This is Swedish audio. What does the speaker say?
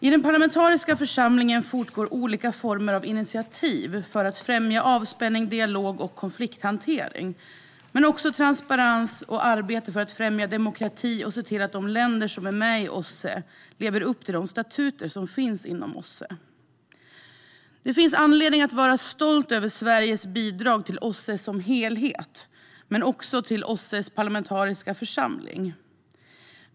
I den parlamentariska församlingen fortgår olika former av initiativ för att främja avspänning, dialog och konflikthantering men också transparens och arbete för att främja demokrati och se till att de länder som är med i OSSE lever upp till de statuter som finns inom OSSE. Det finns anledning att vara stolt över Sveriges bidrag till OSSE som helhet men också till OSSE:s parlamentariska församling.